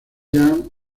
jam